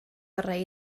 orau